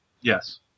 Yes